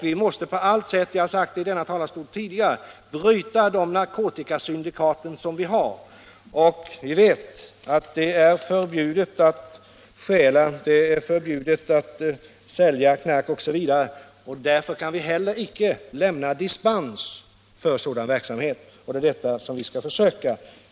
Vi måste på allt sätt — jag har tidigare sagt det från denna talarstol — bryta narkotikasyndikaten. Det är förbjudet att stjäla, det är förbjudet att sälja knark osv., och därför kan vi heller inte lämna dispens för sådan verksamhet.